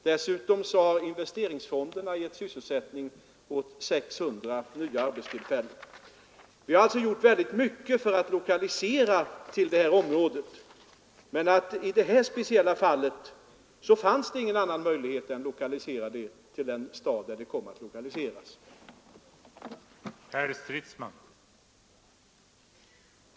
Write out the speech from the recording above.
Dessutom har det genom investeringsfonderna skapats 600 nya arbetstillfällen. Vi har alltså gjort mycket för lokaliseringsverksamheten inom det här området. I det nu aktuella fallet fanns det emellertid ingen annan möjlighet än att förlägga företaget till den stad där lokaliseringen skedde.